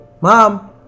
Mom